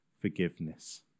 forgiveness